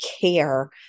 care